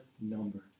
numbered